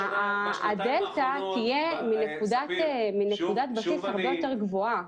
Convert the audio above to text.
הדלתה תהיה מנקודת בסיס הרבה יותר גבוהה.